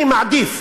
אני מעדיף